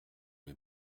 mes